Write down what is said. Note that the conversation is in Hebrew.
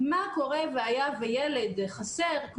מה קורה והיה וילד חסר,